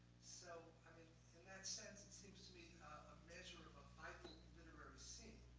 so, i mean, in that sense, it seems to me a measure of a vital literary scene,